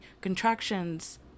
contractions